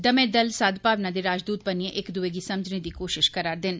दमैं दल सदभावना दे राजदूत बनियै इक दुए गी समझने दी कोशिश करारदे न